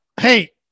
Hey